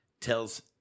tells